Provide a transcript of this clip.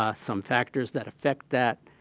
ah some factors that affect that,